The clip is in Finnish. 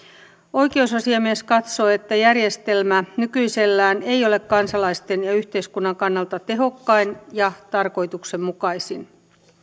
oikeusasiamies katsoo että järjestelmä nykyisellään ei ole kansalaisten ja yhteiskunnan kannalta tehokkain ja tarkoituksenmukaisin